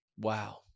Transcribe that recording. Wow